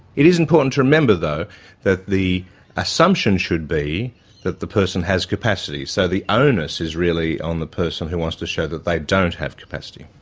it is important to remember though that the assumption should be that the person has capacity, so the onus is really on the person who wants to show that they don't have capacity.